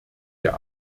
der